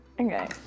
Okay